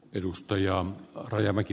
herra puhemies